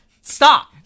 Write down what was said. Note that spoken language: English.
Stop